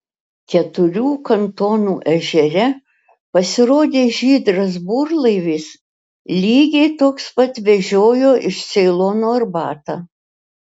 keturių kantonų ežere pasirodė žydras burlaivis lygiai toks pat vežiojo iš ceilono arbatą